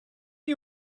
you